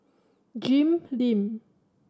Jim Lim